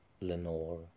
Lenore